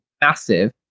massive